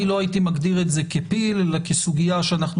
אני לא הייתי מגדיר את זה כפיל אלא כסוגיה שאנחנו